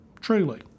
truly